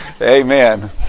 Amen